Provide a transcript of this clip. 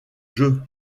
jeu